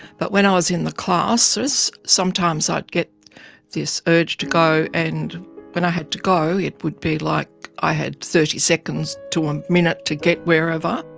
but when i was in the classes, sometimes i'd get this urge to go, and when i had to go, it would be like i had thirty seconds to a um minute to get wherever.